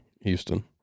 Houston